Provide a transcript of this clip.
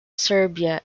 serbia